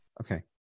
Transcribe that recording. Okay